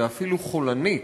ואפילו חולנית,